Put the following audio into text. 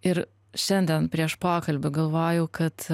ir šiandien prieš pokalbį galvojau kad